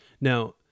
Now